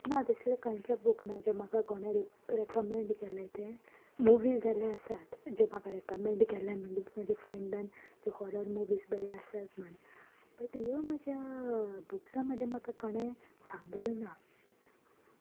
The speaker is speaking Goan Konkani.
ना तसले खंयचे बूक ना जे म्हाका कोणे रे रेकमेंड केल्याय ते मुवी जाले आसात ज्यो म्हाका रेकमेंड ड केले म्हणजे म्हज्या फ्रेंडान त्यो हॉरर मुवीज भेस बरे आसात म्हण बट ह्यो म्हज्या बुक्सां मदीं म्हाका कोणें सांगलें ना